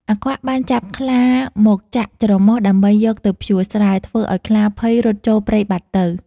អាខ្វាក់ បានចាប់ខ្លាមកចាក់ច្រមុះដើម្បីយកទៅភ្ជួរស្រែ ធ្វើឱ្យខ្លាភ័យរត់ចូលព្រៃបាត់ទៅ ។